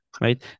Right